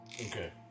Okay